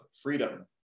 freedom